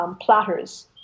platters